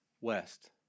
west